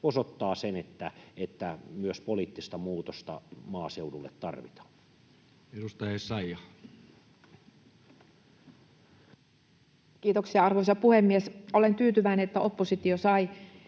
osoittaa sen, että myös poliittista muutosta maaseudulle tarvitaan. Edustaja Essayah. Kiitoksia, arvoisa puhemies! Olen tyytyväinen, että oppositio sai